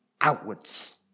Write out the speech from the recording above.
outwards